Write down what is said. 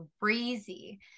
crazy